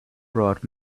brought